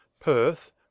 Perth